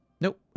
nope